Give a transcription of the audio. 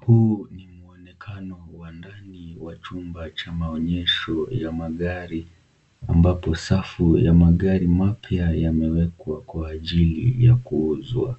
Huu ni mwonekano wa ndani wa chumba cha maonyesho ya magari ambapo safu ya magari mapya yamewekwa kwa ajili ya kuuzwa .